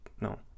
No